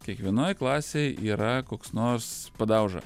kiekvienoj klasėj yra koks nors padauža